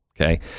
Okay